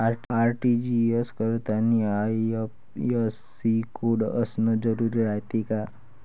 RTGS करतांनी IFSC code असन जरुरी रायते का?